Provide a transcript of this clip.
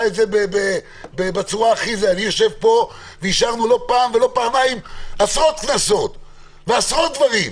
אני יושב פה ואישרנו עשרות קנסות ועשרות דברים.